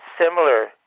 similar